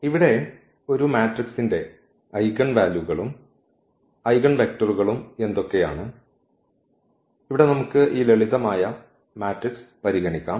ഇവിടെ ഒരു മാട്രിക്സിന്റെ ഐഗൺ വാല്യൂകളും ഐഗൺവെക്റ്ററുകളും എന്തൊക്കെയാണ് ഇവിടെ നമുക്ക് ഈ ലളിതമായ മാട്രിക്സ് പരിഗണിക്കാം